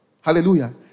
Hallelujah